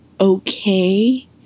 okay